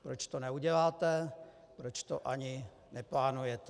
Proč to neuděláte, proč to ani neplánujete?